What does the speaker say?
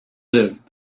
live